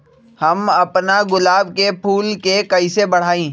हम अपना गुलाब के फूल के कईसे बढ़ाई?